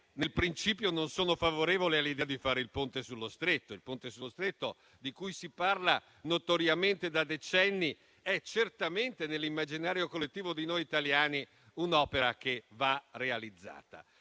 nel principio non sono favorevole all'idea di fare il Ponte sullo Stretto. Il Ponte, di cui si parla notoriamente da decenni, è certamente nell'immaginario collettivo di noi italiani un'opera che va realizzata.